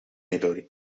italy